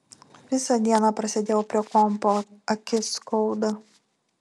visą dieną prasėdėjau prie kompo akis skauda